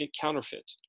counterfeit